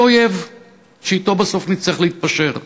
היא אויב שאתו בסוף נצטרך להתפשר.